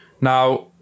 Now